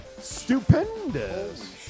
Stupendous